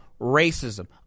Racism